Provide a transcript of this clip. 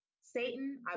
Satan